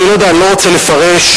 אני לא רוצה לפרש,